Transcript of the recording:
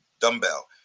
dumbbell